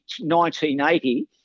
1980